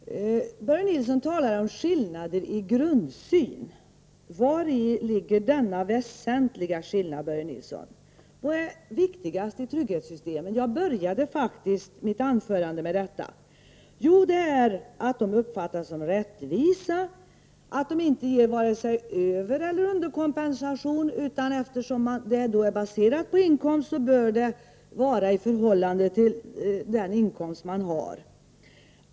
Herr talman! Börje Nilsson talar om skillnader i grundsyn. Vari ligger de väsentliga skillnaderna, Börje Nilsson? Jag började faktiskt mitt första anförande med att tala om vad vi anser vara det viktigaste i trygghetssystemen. Det är att de uppfattas som rättvisa, att de inte ger vare sig övereller underkompensation. Eftersom de är baserade på inkomst, bör ersättning ges i förhållande till den inkomst man har.